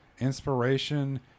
inspiration